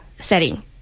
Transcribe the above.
setting